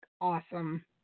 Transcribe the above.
awesome